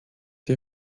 die